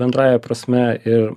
bendrąja prasme ir